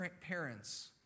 parents